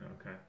Okay